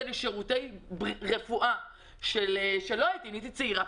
לי שירותי רפואה שלא הייתי מודעת להם כאשר הייתי צעירה,